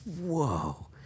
whoa